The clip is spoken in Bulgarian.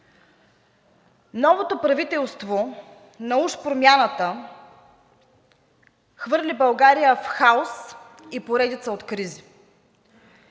Новото правителство на уж Промяната хвърли България в хаос с поредица от кризи.